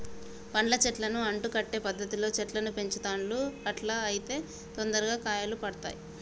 పండ్ల చెట్లను అంటు కట్టే పద్ధతిలో చెట్లను పెంచుతాండ్లు అట్లా అయితే తొందరగా కాయలు పడుతాయ్